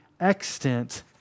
extent